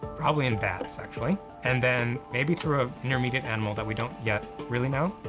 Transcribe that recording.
probably in bats, actually, and then maybe through an intermediate animal that we don't yet really know,